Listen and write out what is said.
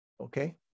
Okay